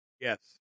Yes